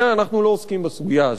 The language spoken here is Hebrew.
אנחנו לא עוסקים בסוגיה הזאת.